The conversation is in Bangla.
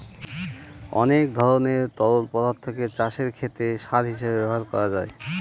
অনেক ধরনের তরল পদার্থকে চাষের ক্ষেতে সার হিসেবে ব্যবহার করা যায়